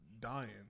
dying